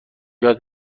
یاد